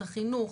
החינוך,